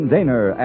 Daner